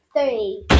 three